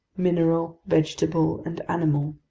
mineral, vegetable, and animal.